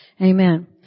Amen